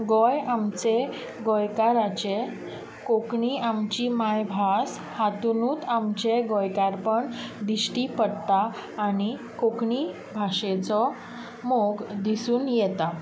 गोंय आमचें गोंयकारांचें कोंकणी आमची मायभास हातूंतच आमचें गोंयकारपण दिश्टी पडटा आनी कोंकणी भाशेचो मोग दिसून येता